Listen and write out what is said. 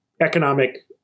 economic